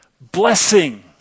blessing